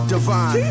divine